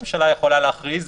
הממשלה יכולה להכריז,